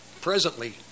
Presently